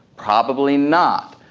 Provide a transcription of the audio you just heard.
probably not.